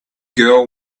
girl